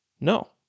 No